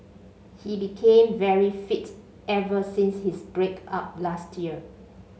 he became very fit ever since his break up last year